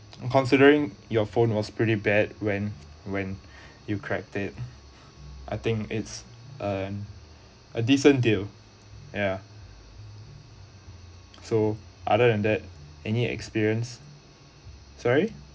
considering your phone was pretty bad when when you cracked it I think it's earn a decent deal ya so other than that any experience sorry